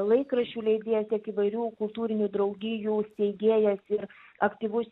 laikraščių leidėja tiek įvairių kultūrinių draugijų steigėjas ir aktyvus